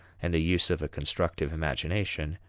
and the use of a constructive imagination,